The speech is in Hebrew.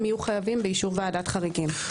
הם יהיו חייבים באישור ועדת חריגים.